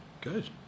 good